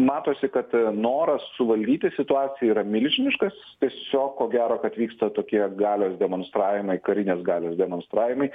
matosi kad noras suvaldyti situaciją yra milžiniškas tiesiog ko gero kad vyksta tokie galios demonstravimai karinės galios demonstravimai